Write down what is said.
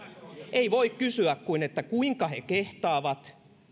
ei voi kuin kysyä kuinka he kehtaavat